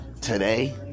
today